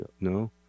no